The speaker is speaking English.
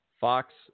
Fox